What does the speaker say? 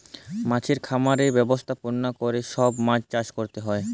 মাছের খামারের ব্যবস্থাপলা ক্যরে সব মাছ চাষ ক্যরতে হ্যয়